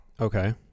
Okay